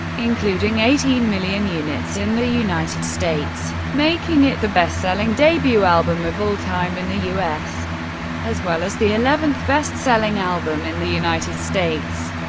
including eighteen million units in the united states, making it the best-selling debut album of all time in the us, as well as the eleventh best-selling album in the united states.